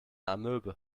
amöbe